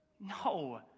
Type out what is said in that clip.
No